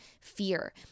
fear